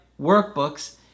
workbooks